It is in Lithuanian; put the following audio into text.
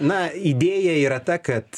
na idėja yra ta kad